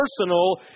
personal